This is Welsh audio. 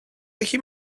gallu